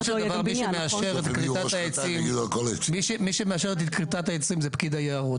אבל בסופו של דבר מי שמאשר את כריתת העצים זה פקיד היערות.